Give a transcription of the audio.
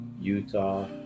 Utah